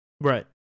Right